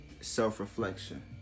self-reflection